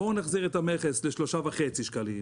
בואו נחזיר את המכס לשלושה שקלים וחצי,